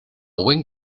buen